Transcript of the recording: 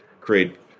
create